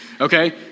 okay